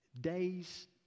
Days